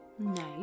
nice